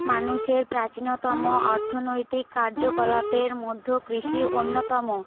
মানুষের প্রাচীনতম অর্থনৈতিক কার্যকলাপের মধ্যেও কৃষি অন্যতম